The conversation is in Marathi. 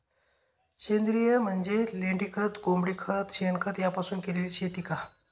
सेंद्रिय म्हणजे लेंडीखत, कोंबडीखत, शेणखत यापासून केलेली शेती का?